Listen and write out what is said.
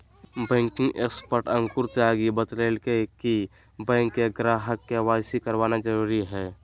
banking expert Ankur Tyagi बतयलकय कि bank के ग्राहक के.वाई.सी करवाना जरुरी हइ